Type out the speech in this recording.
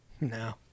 No